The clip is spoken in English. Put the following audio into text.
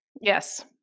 yes